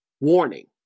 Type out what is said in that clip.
Warning